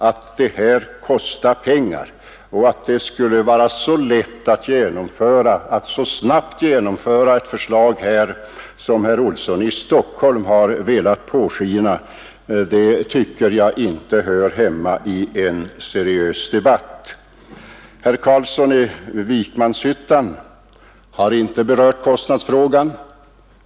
Att påstå att en sänkning skulle vara så lätt att genomföra som herr Olsson i Stockholm och herr Carlsson i Vikmanshyttan har velat påskina, tycker jag inte hör hemma i en seriös debatt. Herr Carlsson i Vikmanshyttan har inte berört kostnadsfrågan.